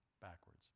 backwards